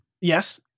Yes